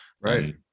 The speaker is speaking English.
Right